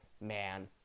man